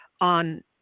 on